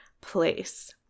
place